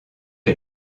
est